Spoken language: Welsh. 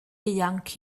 ieuanc